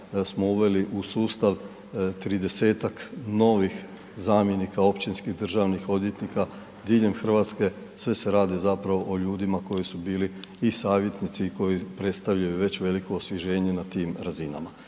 smo uveli u sustav 30-tak novih zamjenika općinskih državnih odvjetnika diljem Hrvatske, sve se radi zapravo o ljudima koji su bili i savjetnici i koji predstavljaju već veliko osvježenje na tim razinama.